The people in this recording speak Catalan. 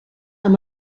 amb